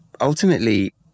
ultimately